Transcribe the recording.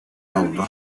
oldu